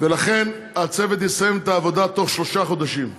ולכן הצוות יסיים את העבודה בתוך שלושה חודשים.